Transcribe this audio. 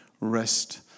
rest